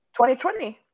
2020